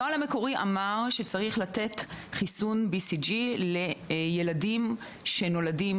הנוהל המקורי אמר שצריך לתת חיסון BCG לילדים שנולדים